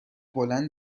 بلند